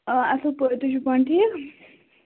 آ اَصٕل پٲٹھۍ تُہۍ چھُو پانہٕ ٹھیٖک